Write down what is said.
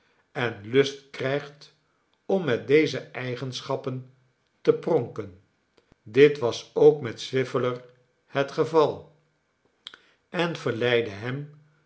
en lust krijgt om met deze eigenschappen te pronken dit was ook met swiveller het geval en verleidde hem